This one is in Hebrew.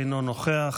אינו נוכח,